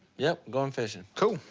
yep. going fishing. cool.